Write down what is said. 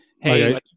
hey